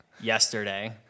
yesterday